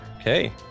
okay